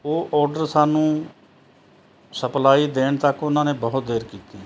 ਉਹ ਓਡਰ ਸਾਨੂੰ ਸਪਲਾਈ ਦੇਣ ਤੱਕ ਉਨ੍ਹਾਂ ਨੇ ਬਹੁਤ ਦੇਰ ਕੀਤੀ